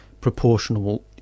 proportional